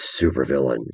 supervillains